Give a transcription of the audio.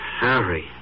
Harry